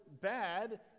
bad